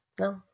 No